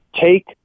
take